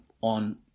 on